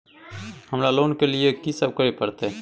हमरा लोन के लिए की सब करे परतै?